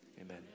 Amen